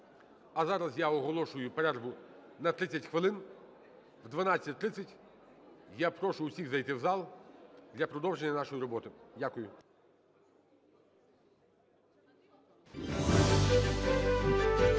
А зараз я оголошую перерву на 30 хвилин. О 12:30 я прошу усіх зайти в зал для продовження нашої роботи. Дякую.